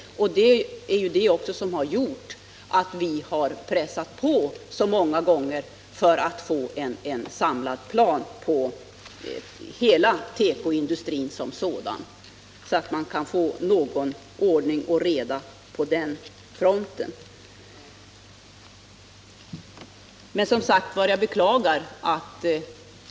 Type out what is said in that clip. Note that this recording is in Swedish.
Det är också detta som gjort att vi har pressat på så många gånger för att få en samlad plan för hela tekoindustrin, så att det kan bli någon ordning och reda på tekoindustrin.